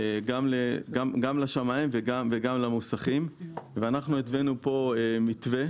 גם לשמאים וגם למוסכים ואנחנו התווינו פה מתווה